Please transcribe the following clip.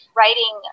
writing